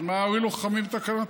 אז מה הועילו חכמים בתקנתם?